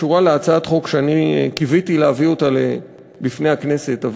קשורה להצעת חוק שאני קיוויתי להביא אותה בפני הכנסת.